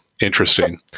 interesting